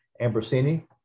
Ambrosini